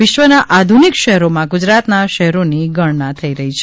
વિશ્વના આધુનિક શહેરોમાં ગુજરાતના શહેરોની ગણના થઇ રહી છે